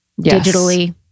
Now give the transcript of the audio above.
digitally